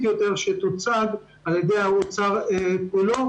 יותר שתוצג על-ידי משרד האוצר כולו.